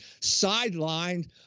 sidelined